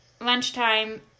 lunchtime